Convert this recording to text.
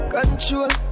Control